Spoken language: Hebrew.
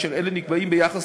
ואלה נקבעים ביחס